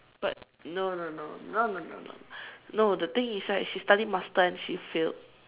but no no no no no no no but the thing is right she studied master and she failed